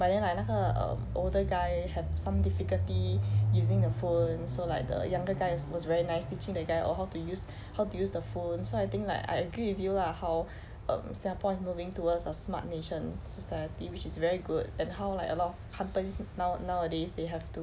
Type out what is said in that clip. but then like 那个 err older guy have some difficulty using the phone so like the younger guy is was very nice teaching the guy on how to use how to use the phone so I think like I agree with you lah how um singapore is moving towards a smart nation society which is very good and how like a lot of companies now nowadays they have to